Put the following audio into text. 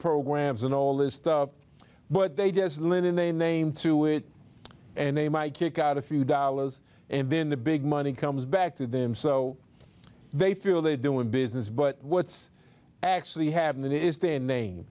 programs and all this stuff but they just live in the name through it and they might kick out a few dollars and then the big money comes back to them so they feel they're doing business but what's actually happened is their name